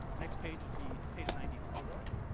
next page would be page ninety four.